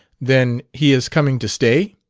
then, he is coming to stay?